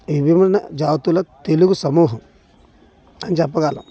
విభిన్న జాతుల తెలుగు సమూహం అని చెప్పగలము